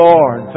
Lord